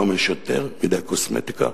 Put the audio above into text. היום יש יותר מדי קוסמטיקה